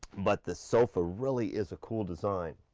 but the sofa really is a cool design,